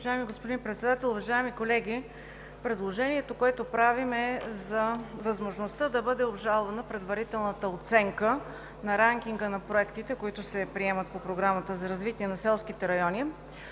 Уважаеми господин Председател, уважаеми колеги! Предложението, което правим, е за възможността да бъде обжалвана предварителната оценка на ранкинга на проектите, които се приемат по Програмата за развитие на селските райони.